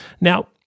now